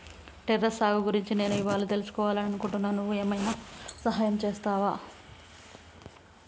terrace సాగు గురించి నేను ఇవ్వాళా తెలుసుకివాలని అనుకుంటున్నా నువ్వు ఏమైనా సహాయం చేస్తావా